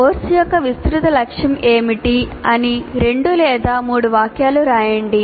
course యొక్క విస్తృత లక్ష్యం ఏమిటి అని 2 లేదా 3 వాక్యాలను వ్రాయండి